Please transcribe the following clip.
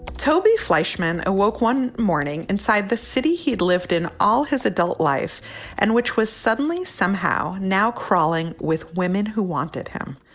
toby fleishman awoke one morning inside the city. he'd lived in all his adult life and which was suddenly somehow now crawling with women who wanted him,